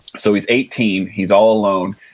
so, he's eighteen. he's all alone.